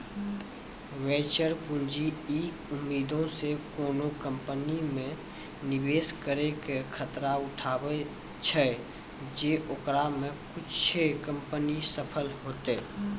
venture पूंजी इ उम्मीदो से कोनो कंपनी मे निवेश करै के खतरा उठाबै छै जे ओकरा मे कुछे कंपनी सफल होतै